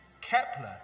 Kepler